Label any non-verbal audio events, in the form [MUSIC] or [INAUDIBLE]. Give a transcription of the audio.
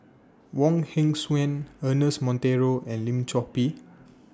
[NOISE] Wong Hong Suen Ernest Monteiro and Lim Chor Pee [NOISE]